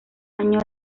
año